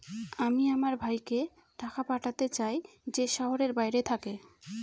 আমি আমার ভাইকে টাকা পাঠাতে চাই যে শহরের বাইরে থাকে